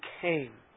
came